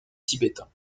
tibétains